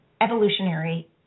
evolutionary